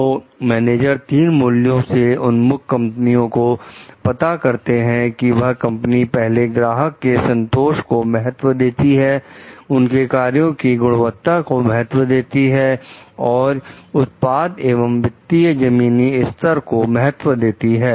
तो मैनेजर तीन मूल्यों से उन्मुख कंपनियों को पता करते हैं कि वह कंपनी पहले ग्राहक के संतोष को महत्व देती है उसके कार्य की गुणवत्ता को महत्व देती है और उत्पाद एवं वित्तीय जमीनी स्तर को महत्व देती है